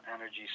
energy